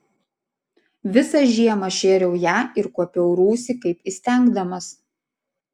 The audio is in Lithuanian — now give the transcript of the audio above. visą žiemą šėriau ją ir kuopiau rūsį kaip įstengdamas